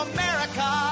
America